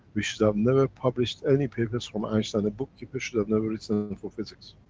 we should have never published any papers from einstein a bookkeeper should have never written in for physics.